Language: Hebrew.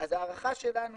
אז ההערכה שלנו